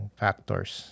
factors